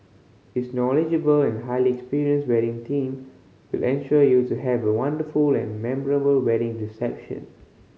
its knowledgeable and highly experienced wedding team will ensure you to have a wonderful and memorable wedding reception